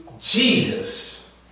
Jesus